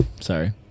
Sorry